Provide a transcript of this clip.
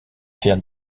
faire